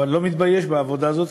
אבל אני לא מתבייש בעבודה הזאת,